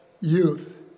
youth